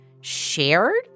shared